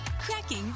Cracking